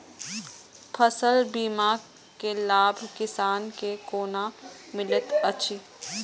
फसल बीमा के लाभ किसान के कोना मिलेत अछि?